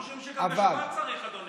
אנחנו חושבים שגם בשבת צריך, אדוני.